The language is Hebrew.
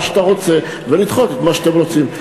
שאתה רוצה ולדחות את מה שאתם רוצים.